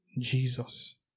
Jesus